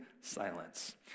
silence